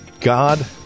God